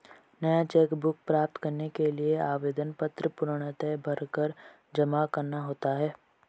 नया cheque book प्राप्त करने के लिए आवेदन पत्र पूर्णतया भरकर जमा करना होता है